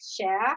share